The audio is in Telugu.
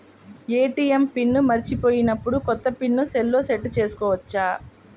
ఏ.టీ.ఎం పిన్ మరచిపోయినప్పుడు, కొత్త పిన్ సెల్లో సెట్ చేసుకోవచ్చా?